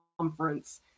conference